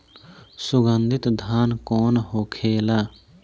सुगन्धित धान कौन होखेला?